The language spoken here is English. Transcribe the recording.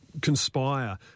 conspire